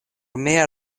mia